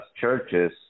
churches